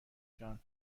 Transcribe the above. جان